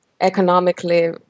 economically